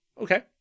Okay